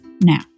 now